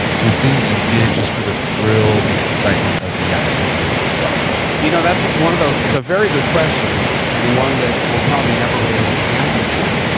to a thing that you did just for the thrill and excitement of the activity itself? you know that's one of those, it's a very good question and one that will probably never really know the answer to.